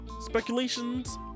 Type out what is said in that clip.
speculations